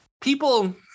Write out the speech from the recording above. people